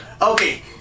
Okay